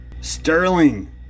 sterling